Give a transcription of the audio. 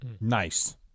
Nice